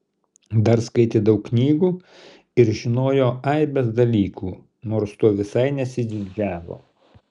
dar skaitė daug knygų ir žinojo aibes dalykų nors tuo visai nesididžiavo